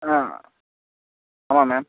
ஆ ஆமாம் மேம்